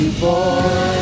boy